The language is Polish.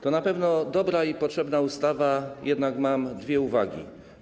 To na pewno dobra i potrzebna ustawa, jednak mam dwie uwagi.